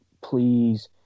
please